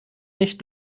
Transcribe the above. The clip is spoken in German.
nicht